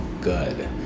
good